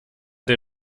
der